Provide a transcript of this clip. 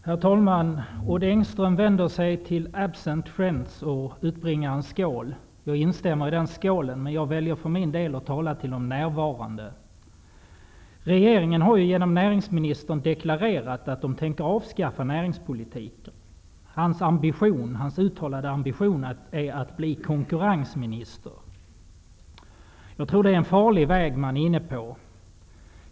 Herr talman! Odd Engström vänder sig till ''absent friends'' och utbringar en skål. Jag instämmer i den skålen, men jag väljer för min del att tala till de närvarande. Näringsministerns uttalade ambition är att bli konkurrensminister. Jag tror att det är en farlig väg man är inne på.